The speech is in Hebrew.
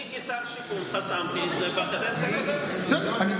אני כשר השיכון חסמתי את זה בקדנציה הקודמת.